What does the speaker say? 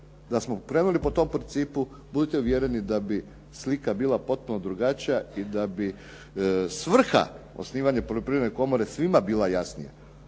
Da smo krenuli po tom principu budite uvjereni da bi slika bila potpuno drugačija i da bi svrha osnivanja poljoprivredne komore svima bila jasnija.